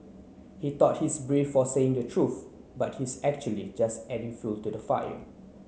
he thought he's brave for saying the truth but he's actually just adding fuel to the fire